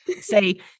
say